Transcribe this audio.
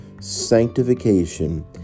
sanctification